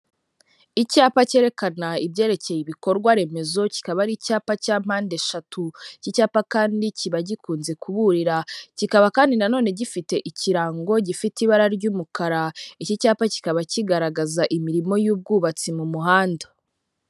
Icyapa cyerekana ibyerekeye ibikorwa remezo, kikaba ari icyapa cya mpandeshatu iki cyapa kandi kiba gikunze kuburira, kikaba kandi na none gifite ikirango gifite ibara ry'umukara, iki cyapa kikaba kigaragaza imirimo y'ubwubatsi mu muhanda.